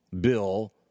bill